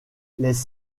les